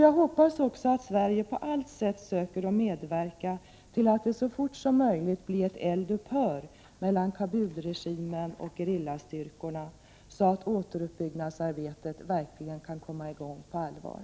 Jag hoppas också att Sverige på allt sätt söker medverka till att det så fort som möjligt blir eldupphör mellan Kabulregimen och gerillastyrkorna, så att återuppbyggnadsarbetet verkligen kan komma i gång på allvar.